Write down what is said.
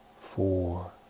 four